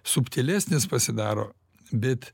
subtilesnis pasidaro bet